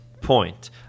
point